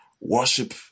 Worship